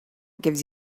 gives